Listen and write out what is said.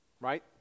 right